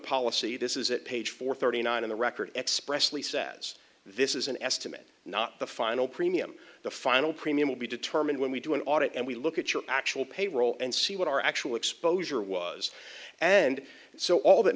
policy this is it page four thirty nine in the record expressly says this is an estimate not the final premium the final premium will be determined when we do an audit and we look at your actual payroll and see what our actual exposure was and so all that